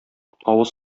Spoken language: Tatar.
авыз